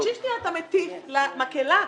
אתה --- למקהלה.